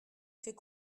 fait